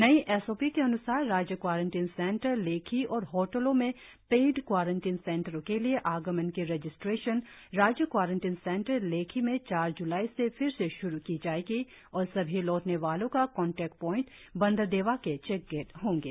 नई S O P के अन्सार राज्य क्वारंटिन सेंटर लेखी और होटलों में पेड क्वारंटिन सेंटरों के लिए आगमन की रजिस्ट्रेशन राज्य क्वारंटिन सेंटर लेखी में चार ज्लाई से फिर से श्रु की जाएगी और सभी लौटने वालों का कॉन्टेक पॉईंट बंदर देवा के चेकगेट होंगे